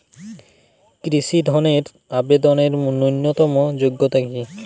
কৃষি ধনের আবেদনের ন্যূনতম যোগ্যতা কী?